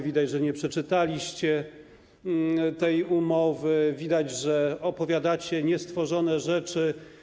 Widać, że nie przeczytaliście tej umowy, widać, że opowiadacie niestworzone rzeczy.